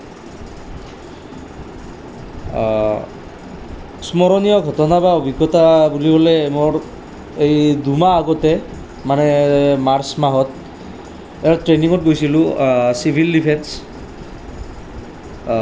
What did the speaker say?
স্মৰণীয় ঘটনা বা অভিজ্ঞতা বুলি ক'লে মোৰ এই দুমাহ আগতে মানে মাৰ্চ মাহত এটা ট্ৰেইনিঙত গৈছিলোঁ চিভিল ডিফেন্স